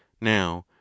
Now